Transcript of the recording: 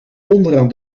onderaan